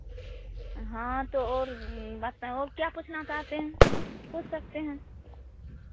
हाँ तो और बता और क्या पूछना चाहते हैं पूछ सकते हैं